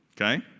Okay